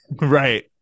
right